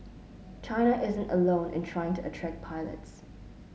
China isn't alone in trying to attract pilots